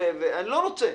אני לא רוצה.